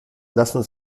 lassen